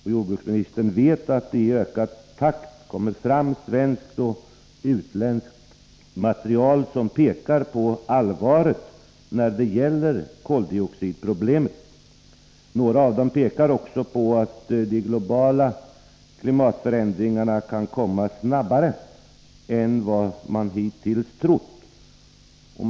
Han vet också att det i ökad takt kommer fram svenskt och utländskt material, som pekar på allvaret när det gäller koldioxidproblemet. Delar av materialet visar också att de globala klimatförändringarna kan komma snabbare än vad man hittills har trott.